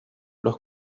los